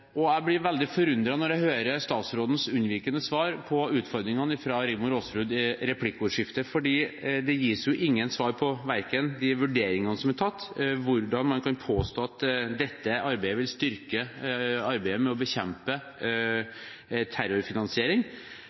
på. Jeg blir veldig forundret når jeg hører statsrådens unnvikende svar på utfordringene fra Rigmor Aasrud i replikkordskiftet, for det gis ingen svar på verken de vurderingene som er tatt, eller hvordan man kan påstå at dette arbeidet vil styrke arbeidet med å bekjempe terrorfinansiering.